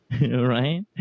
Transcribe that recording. Right